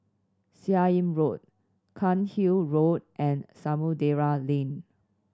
Seah Im Road Cairnhill Road and Samudera Lane